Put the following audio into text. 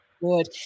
Good